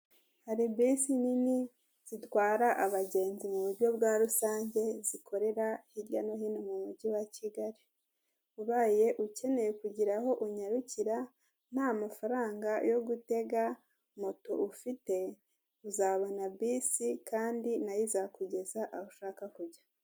Hari bisi nini zitwara abagenzi mu buryo bwa rusange, zikorera hirya no hino mu mujyi wa Kigali, ubaye ukeneye kugira aho unyarukira nta mafaranga yo gutega moto ufite, uzabona bisi kandi na yo izakugeza aho ushaka kujya.